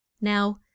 Now